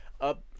up